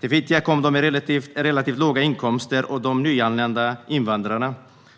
Till Fittja kom de med relativt låga inkomster och de nyanlända invandrarna.